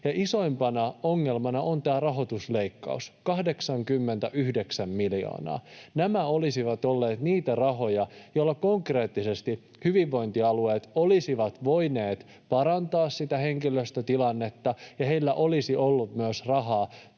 Isoimpana ongelmana on tämä rahoitusleikkaus, 89 miljoonaa. Nämä olisivat olleet niitä rahoja, joilla konkreettisesti hyvinvointialueet olisivat voineet parantaa henkilöstötilannetta ja niillä olisi ollut myös rahaa